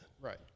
Right